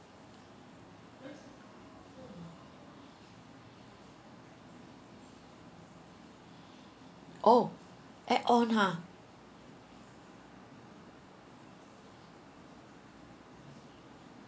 oh add on ah